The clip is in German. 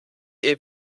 ihr